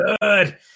good